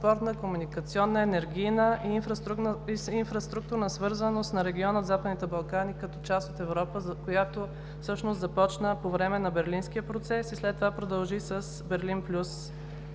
транспортна, комуникационна, енергийна и инфраструктурна свързаност на региона Западните Балкани като част от Европа, която всъщност започна по време на Берлинския процес и след това продължи с „Берлин плюс“